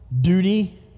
duty